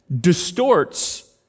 distorts